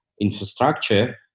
infrastructure